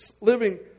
living